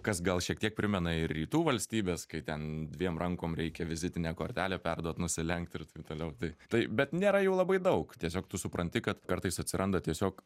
kas gal šiek tiek primena ir rytų valstybes kai ten dviem rankom reikia vizitinę kortelę perduot nusilenkt ir taip toliau tai taip bet nėra jau labai daug tiesiog tu supranti kad kartais atsiranda tiesiog